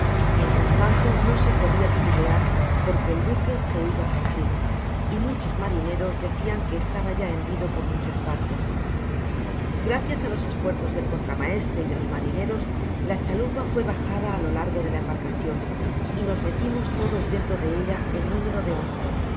mientras tanto no se podia titubear perque el buque se iba á abrir y muchos marineros decian que estaba ya hendido por muebas partes gracias á los esfuerzos del contramaestre y de los marineros la chalupa fué bajada á lo largo de la embarcacion y nos metimos todos dentro de ella en número de once